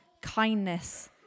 kindness